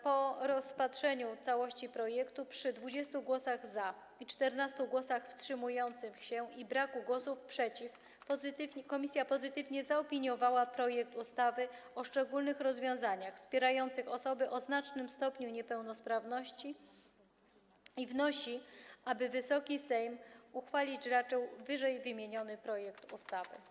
Po rozpatrzeniu całości projektu przy 20 głosach za, 14 głosach wstrzymujących się i braku głosów przeciw komisja pozytywnie zaopiniowała projekt ustawy o szczególnych rozwiązaniach wspierających osoby o znacznym stopniu niepełnosprawności i wnosi, aby Wysoki Sejm uchwalić raczył ww. projekt ustawy.